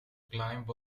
climb